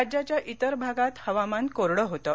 राज्याच्या विरभागात हवामान कोरडं होतं